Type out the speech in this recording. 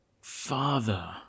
Father